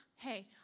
Hey